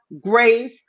grace